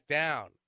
down